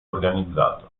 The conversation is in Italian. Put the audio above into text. organizzato